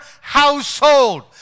household